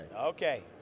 Okay